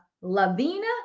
Lavina